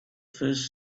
first